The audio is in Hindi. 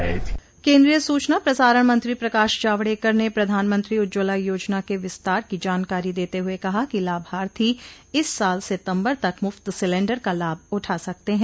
केन्द्रीय सूचना प्रसारण मंत्री प्रकाश जावड़ेकर ने प्रधानमंत्री उज्ज्वला योजना के विस्तार की जानकारी देते हुए कहा कि लाभार्थी इस साल सितंबर तक मुफ्त सिलेंडर का लाभ उठा सकते हैं